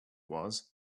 was